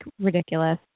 ridiculous